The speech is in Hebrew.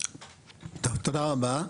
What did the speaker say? טוב, תודה רבה.